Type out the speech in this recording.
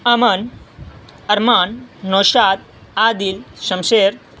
امن ارمان نوشاد عادل شمشیر